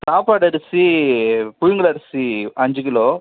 சாப்பாடு அரிசி புழுங்கல் அரிசி அஞ்சு கிலோ